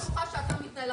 הייתי בטוחה שאתה מתנהל אחרת.